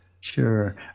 Sure